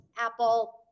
Apple